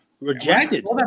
Rejected